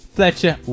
Fletcher